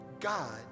God